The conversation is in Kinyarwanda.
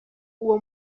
uwo